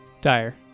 Dire